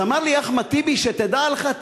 אז אמר לי אחמד טיבי: שתדע לך,